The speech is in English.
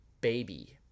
baby